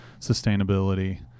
sustainability